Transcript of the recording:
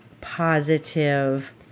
positive